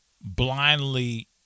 blindly –